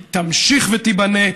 היא תמשיך ותיבנה,